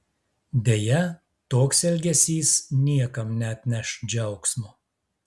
deja toks elgesys niekam neatneš džiaugsmo